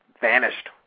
vanished